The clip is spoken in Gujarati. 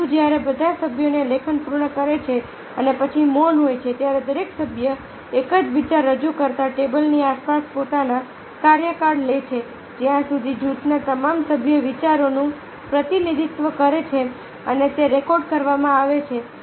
ત્રીજું જ્યારે બધા સભ્યો લેખન પૂર્ણ કરે છે અને પછી મૌન હોય છે ત્યારે દરેક સભ્ય એક જ વિચાર રજૂ કરતા ટેબલની આસપાસ પોતાનો કાર્યકાળ લે છે જ્યાં સુધી જૂથના તમામ સભ્યો વિચારોનું પ્રતિનિધિત્વ કરે છે અને તે રેકોર્ડ કરવામાં આવે છે